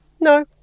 No